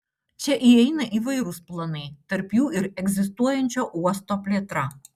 čia įeina įvairūs planai tarp jų ir egzistuojančio uosto plėtra